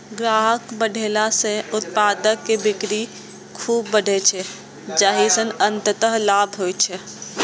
ग्राहक बढ़ेला सं उत्पाद के बिक्री खूब बढ़ै छै, जाहि सं अंततः लाभ होइ छै